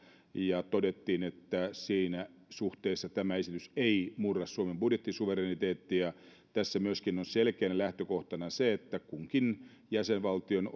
ja todettiin että siinä suhteessa tämä esitys ei murra suomen budjettisuvereniteettia tässä myöskin on selkeänä lähtökohtana se että kunkin jäsenvaltion